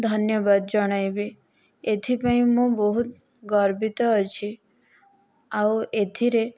ଧନ୍ୟବାଦ ଜଣାଇବି ଏଥିପାଇଁ ମୁଁ ବହୁତ ଗର୍ବିତ ଅଛି ଆଉ ଏଥିରେ